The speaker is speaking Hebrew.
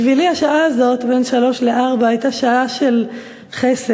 בשבילי השעה הזאת בין 15:00 ל-16:00 הייתה שעה של חסד,